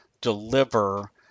deliver